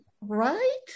right